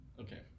Okay